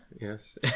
Yes